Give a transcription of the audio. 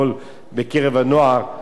אבל אנחנו רואים שאין שליטה על זה.